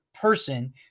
person